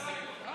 אה,